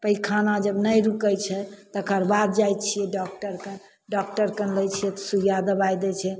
पैखाना जब नहि रुकय छै तकर बाद जाइ छियै डॉक्टर कन डॉक्टर कन लै छियै सुइया दवाइ दै छै